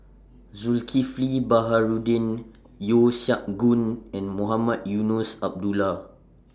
Zulkifli Baharudin Yeo Siak Goon and Mohamed Eunos Abdullah